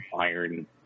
iron